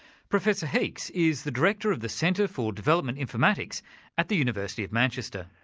professor heeks is the director of the centre for development informatics at the university of manchester.